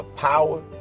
Power